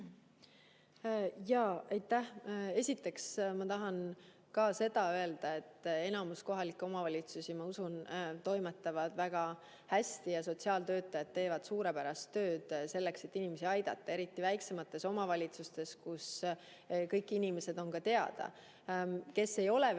Aitäh! Esiteks, ma tahan ka öelda, et enamus kohalikke omavalitsusi, ma usun, toimetab väga hästi ja sotsiaaltöötajad teevad suurepärast tööd, selleks et inimesi aidata, eriti väiksemates omavalitsustes, kus kõik inimesed[, kes abi vajavad,]